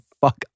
fuck